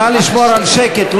נא לשמור על שקט,